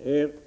omsätts.